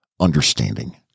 understanding